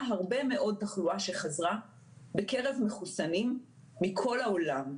הרבה מאוד תחלואה שחזרה בקרב מחוסנים מכל העולם.